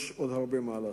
עדיין יש עוד הרבה מה לעשות.